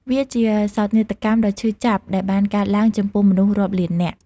វាជាសោកនាដកម្មដ៏ឈឺចាប់ដែលបានកើតឡើងចំពោះមនុស្សរាប់លាននាក់។